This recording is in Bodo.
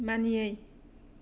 मानियै